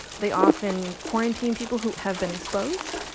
they often quarantine people who have been exposed.